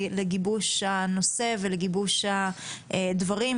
לגיבוש הנושא ולגיבוש הדברים,